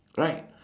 right